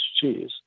cheese